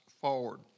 forward